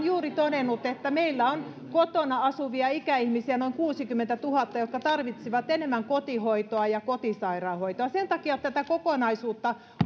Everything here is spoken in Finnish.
juuri todennut että meillä on kotona asuvia ikäihmisiä noin kuusikymmentätuhatta jotka tarvitsisivat enemmän kotihoitoa ja kotisairaanhoitoa sen takia tätä kokonaisuutta